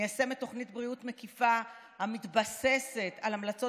מיישמת תוכנית בריאות מקיפה המתבססת על המלצות